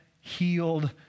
healed